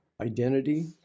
identity